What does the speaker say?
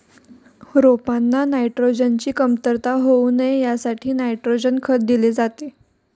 रोपांना नायट्रोजनची कमतरता होऊ नये यासाठी नायट्रोजन खत दिले जाते